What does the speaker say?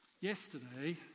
yesterday